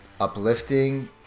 uplifting